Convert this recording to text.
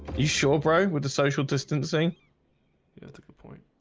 you sure bro with the social distancing you got a good point